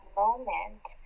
moment